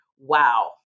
Wow